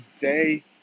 day